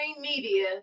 media